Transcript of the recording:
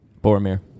Boromir